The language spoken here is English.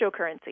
cryptocurrency